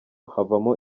havamo